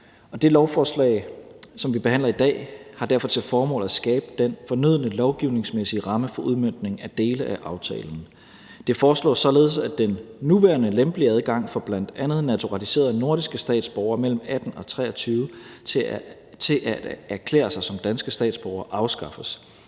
Det lovforslag, som vi behandler i dag, har derfor til formål at skabe den fornødne lovgivningsmæssige ramme for udmøntningen af dele af aftalen. Det foreslås således, at den nuværende lempelige adgang for bl.a. naturaliserede nordiske statsborgere mellem 18 og 23 år til at erklære sig som danske statsborgere afskaffes.